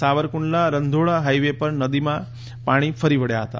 Savarkundla Randhola highway પર નદીના પાણી ફરી વળ્યા હતા